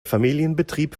familienbetrieb